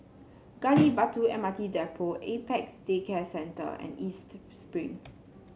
Gali Batu M R T Depot Apex Day Care Centre and East Spring